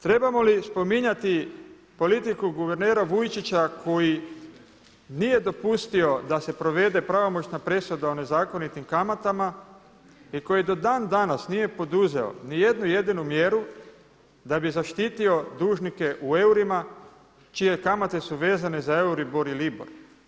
Trebamo li spominjati politiku guvernera Vujčića koji nije dopustio da se provede pravomoćna presuda o nezakonitim kamatama i koji do dan danas nije poduzeo ni jednu jedinu mjeru da bi zaštitio dužnike u eurima čije kamate su vezane za EURIBOR i LIBOR?